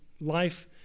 life